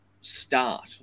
start